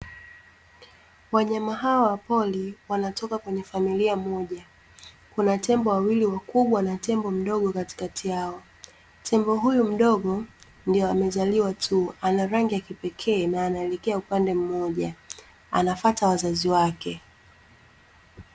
Wanyama hawa wa pori wanatoka kwenye familia moja, kuna tembo wawili wakubwa na tembo mdogo katikakati yao, tembo huyu mdogo ndio amezaliwa tu ana rangi ya kipekee na anaelekea upande mmoja anafuata wazazi wake.